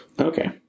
Okay